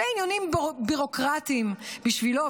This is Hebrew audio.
זה עניינים ביורוקרטיים בשבילו.